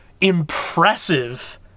impressive